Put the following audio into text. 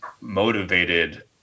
motivated